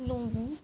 ਨੂੰ